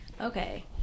Okay